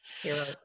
Hero